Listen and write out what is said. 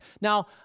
Now